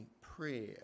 prayer